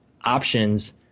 options